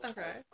Okay